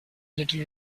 little